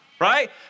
Right